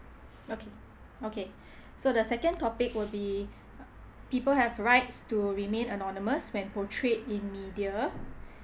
okay okay so the second topic will be people have rights to remain anonymous when portrayed in media